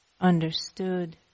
understood